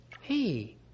Hey